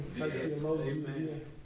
amen